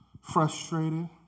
Frustrated